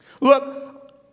Look